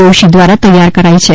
દોશી દ્વારા તૈયાર કરાઇ છે